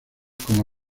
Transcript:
como